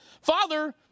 Father